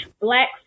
black